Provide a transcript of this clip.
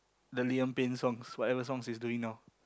the Liam-Payne songs whatever songs he's doing now